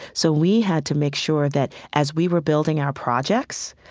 so we had to make sure that as we were building our projects,